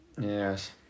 Yes